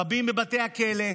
רבים בבתי הכלא,